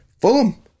Fulham